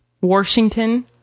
Washington